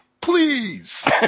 please